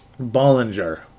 Bollinger